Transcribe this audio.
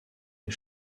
les